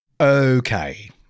Okay